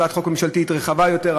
הצעת חוק ממשלתית רחבה יותר,